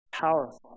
Powerful